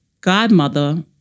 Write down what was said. godmother